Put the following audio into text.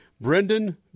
Brendan